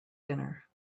dinner